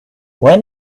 when